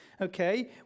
okay